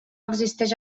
existeix